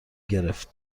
گرفت